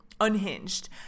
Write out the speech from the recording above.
unhinged